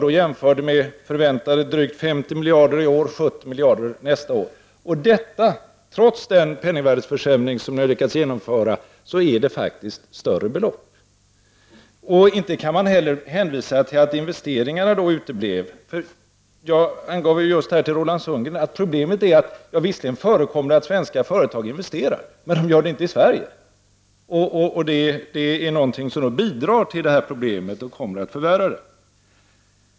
Jag jämförde med förväntade drygt 50 miljarder i år och 70 miljarder nästa år. Och trots den penningvärdesförsämring som regeringen har lyckats genomföra är det faktiskt större belopp. Inte kan man heller hänvisa till att investeringarna uteblev. Jag angav just till Roland Sundgren att problemet är att svenska företag visserligen investerar, men de gör det inte i Sverige. Och det är något som bidrar till detta problem och kommer att förvärra det.